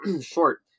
short